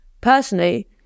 Personally